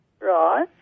Right